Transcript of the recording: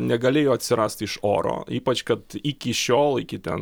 negalėjo atsirasti iš oro ypač kad iki šiol iki ten